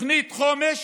תוכנית חומש